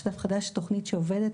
שהיא תוכנית שפועלת